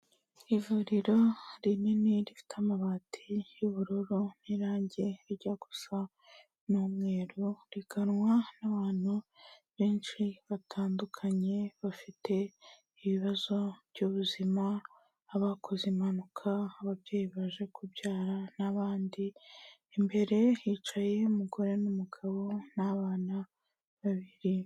Ivuriro rinini rifite amabati y'ubururu n'irangi rijya gusa n'umweru, riganwa n'abantu benshi batandukanye, bafite ibibazo by'ubuzima, abakoze impanuka, ababyeyi baje kubyara n'abandi, imbere hicaye umugore n'umugabo n'abana babiri.